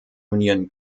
union